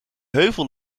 heuvel